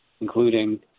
including